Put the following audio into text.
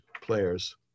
players